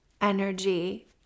energy